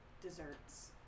desserts